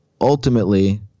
ultimately